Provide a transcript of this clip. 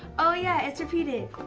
oh yeah, it's repeated.